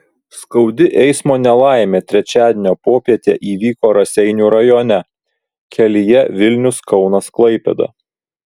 skaudi eismo nelaimė trečiadienio popietę įvyko raseinių rajone kelyje vilnius kaunas klaipėda